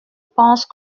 pense